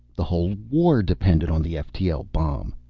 the whole war depended on the ftl bomb.